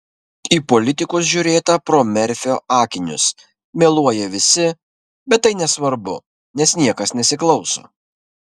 į politikus žiūrėta pro merfio akinius meluoja visi bet tai nesvarbu nes niekas nesiklauso